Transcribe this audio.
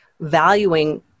valuing